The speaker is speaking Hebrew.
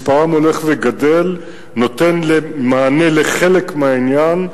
ומספרם הולך וגדל ונותן מענה על חלק מהעניין.